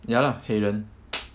ya lah 黑人